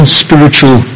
spiritual